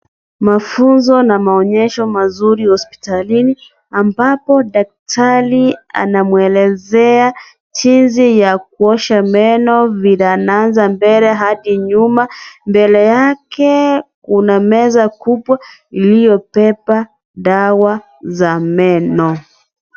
Mafunzo na maonyesho mazuri hospitalini, ambapo daktari anamwelezea jinsi ya kuosha meno vile anaanza mbele hadi nyuma. Mbele yake kuna meza kubwa iliyobeba dawa za meno.